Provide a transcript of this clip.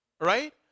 Right